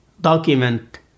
document